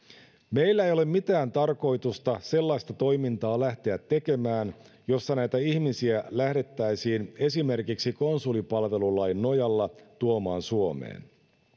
meillä ei ole mitään tarkoitusta sellaista toimintaa lähteä tekemään jossa näitä ihmisiä lähdettäisiin esimerkiksi konsulipalvelulain perusteella tuomaan suomeen